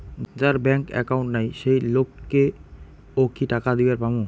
যার bank account নাই সেই লোক কে ও কি টাকা দিবার পামু?